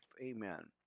Amen